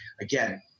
again